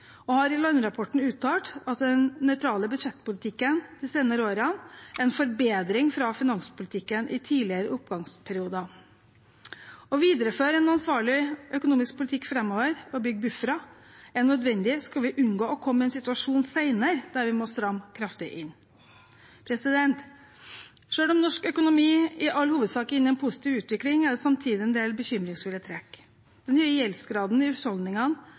og har i landrapporten uttalt at den nøytrale budsjettpolitikken de senere årene er en forbedring i forhold til finanspolitikken i tidligere oppgangsperioder. Å videreføre en ansvarlig økonomisk politikk framover og bygge buffere er nødvendig skal vi unngå å komme i en situasjon senere der vi må stramme kraftig inn. Selv om norsk økonomi i all hovedsak er inne i en positiv utvikling, er det samtidig en del bekymringsfulle trekk. Den høye gjeldsgraden i husholdningene